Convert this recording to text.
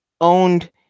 owned